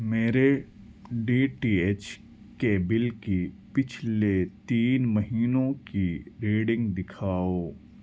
میرے D T H کے bill کی پچھلے تین مہینوں کی ریڈنگ دکھاؤ